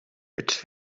its